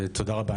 אז תודה רבה.